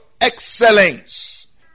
excellence